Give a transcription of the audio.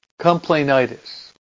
Complainitis